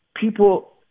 people